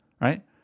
right